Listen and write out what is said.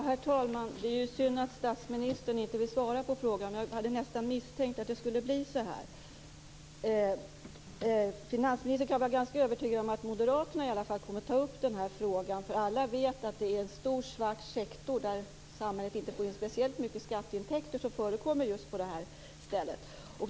Herr talman! Det är synd att statsministern inte vill svara på frågan, men jag misstänkte nästan att det skulle bli så här. Finansministern kan vara övertygad om att moderaterna kommer att ta upp den här frågan. Alla vet att vi har en stor svart sektor, där samhället inte får in speciellt stora skatteintäkter, inom just det här området.